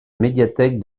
médiathèque